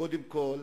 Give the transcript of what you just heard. קודם כול,